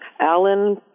Alan